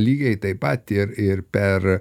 lygiai taip pat ir ir per